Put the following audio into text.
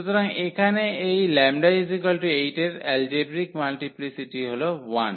সুতরাং এখানে এই 𝜆 8 এর এলজেব্রিক মাল্টিপ্লিসিটি হল 1